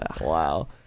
Wow